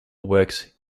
works